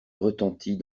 retentit